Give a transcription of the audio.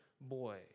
boy